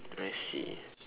I see